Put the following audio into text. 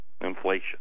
inflation